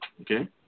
Okay